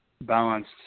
balanced